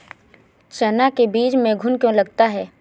चना के बीज में घुन क्यो लगता है?